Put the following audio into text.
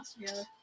together